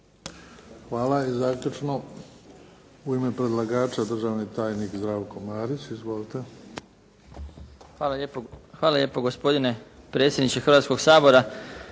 Hvala. I zaključno u ime predlagača državni tajnik Zdravko Marić. Izvolite. **Marić, Zdravko** Hvala lijepo gospodine predsjedniče Hrvatskog sabora.